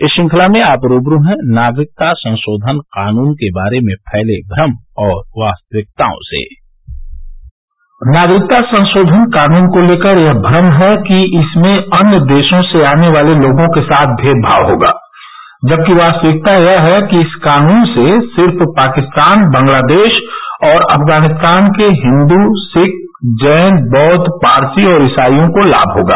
इस श्रृंखला में आप रूबरू हैं नागरिकता संशोधन कानून के बारे में फैले भ्रम और वास्तविकताओं से नागरिकता संशोधन कानून को लेकर यह भ्रम है कि इसमें अन्य देशों से आने वाले लोगों के साथ भेदभाव होगा जबकि वास्तविकता यह है कि इस कानून से सिर्फ पाकिस्तान बांग्लादेश और अफगानिस्तान के हिन्दू सिख जैन बौद्व पारसी और ईसाइयों को लाम होगा